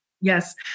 Yes